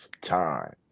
time